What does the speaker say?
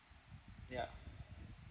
yup